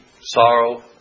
sorrow